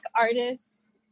artists